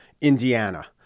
Indiana